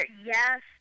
Yes